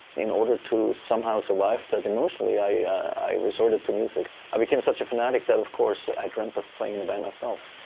in order to somehow survive that emotionally, i resorted to music. i became such a fanatic that, of course, i dreamt of playing in a band myself,